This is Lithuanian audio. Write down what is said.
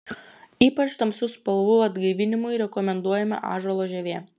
ypač tamsių spalvų atgaivinimui rekomenduojama ąžuolo žievė